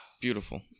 Beautiful